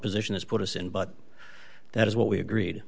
position it's put us in but that is what we agreed